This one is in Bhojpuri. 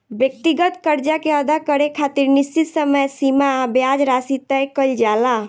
व्यक्तिगत कर्जा के अदा करे खातिर निश्चित समय सीमा आ ब्याज राशि तय कईल जाला